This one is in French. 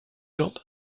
jambe